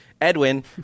Edwin